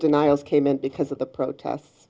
denials came in because of the protests